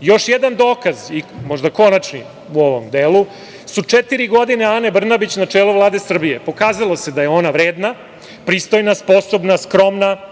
Još jedan dokaz i možda konačni u ovom delu, su četiri godine Ane Brnabić na čelu Vlade Srbije. Pokazalo se da je ona vredna, pristojna, sposobna, skromna